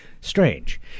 strange